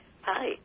Hi